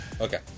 okay